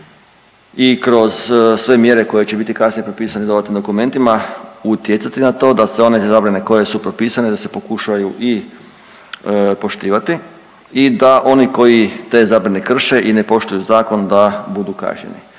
i kroz sve mjere koje će biti kasnije propisane dodatnim dokumentima utjecati na to da su one zabrane koje su propisane da se pokušaju i poštivati i da oni koji te zabrane krše i ne poštuju zakon da budu kažnjeni.